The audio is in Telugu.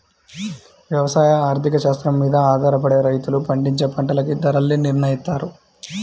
యవసాయ ఆర్థిక శాస్త్రం మీద ఆధారపడే రైతులు పండించే పంటలకి ధరల్ని నిర్నయిత్తారు